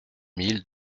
mille